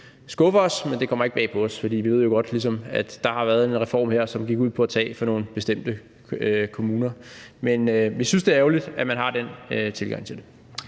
skuffer os, men det kommer ikke bag på os, for vi ved jo ligesom godt, at der har været en reform her, som gik ud på at tage fra nogle bestemte kommuner. Men vi synes, det er ærgerligt, at man har den tilgang til det.